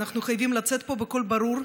אנחנו חייבים לצאת פה בקול ברור,